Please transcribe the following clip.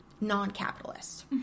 non-capitalist